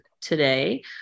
today